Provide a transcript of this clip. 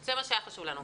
זה מה שהיה חשוב לנו לדעת.